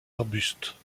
arbustes